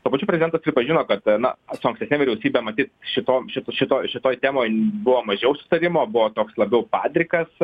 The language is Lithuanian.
tuo pačiu prezidentas pripažino kad na su ankstesne vyriausybe matyt šito šit šitoj šitoj temoj buvo mažiau sutarimo buvo toks labiau padrikas